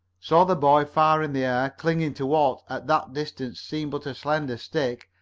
saw the boy far in the air, clinging to what, at that distance, seemed but a slender stick,